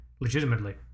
legitimately